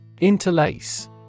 Interlace